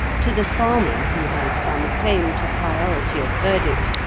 to the farmer, who has some claim to priority of verdict,